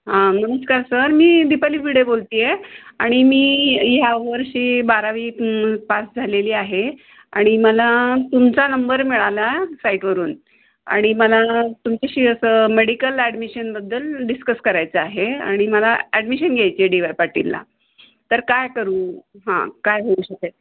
हां नमस्कार सर मी दीपाली भिडे बोलते आहे आणि मी ह्यावर्षी बारावी पास झालेली आहे आणि मला तुमचा नंबर मिळाला साईटवरून आणि मला तुमच्याशी असं मेडिकल ॲडमिशनबद्दल डिस्कस करायचं आहे आणि मला ॲडमिशन घ्यायची आहे डी वाय पाटीलला तर काय करू हां काय होऊ शकेल